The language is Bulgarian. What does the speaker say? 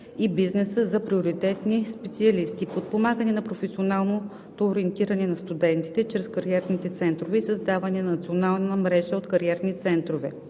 и бизнеса за приоритетните специалности. - Подпомагане на професионалното ориентиране на студентите чрез кариерните центрове и създаване на национална мрежа от кариерни центрове.